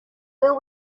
will